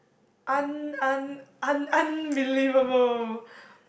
un~ un~ un~ un~ unbelievable